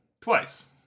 twice